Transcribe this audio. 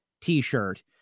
t-shirt